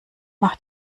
mach